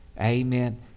Amen